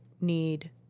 need